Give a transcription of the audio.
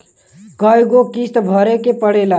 कय गो किस्त भरे के पड़ेला?